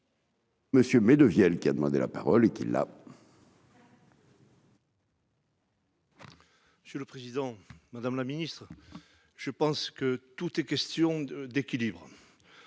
Monsieur mais de vielle qui a demandé la parole qui là. Monsieur le Président, Madame la Ministre, je pense que tout est question d'équilibre,